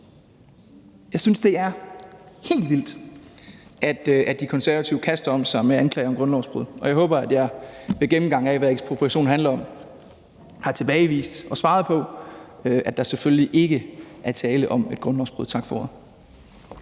Jeg synes, det er helt vildt, at De Konservative kaster om sig med anklager om grundlovsbrud, og jeg håber, at jeg i gennemgangen af, hvad ekspropriation handler om, har tilbagevist det og svaret, at der selvfølgelig ikke er tale om et grundlovsbrud. Tak for ordet.